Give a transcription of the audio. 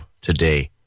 today